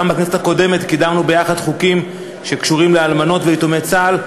גם בכנסת הקודמת קידמנו יחד חוקים שקשורים לאלמנות ויתומי צה"ל,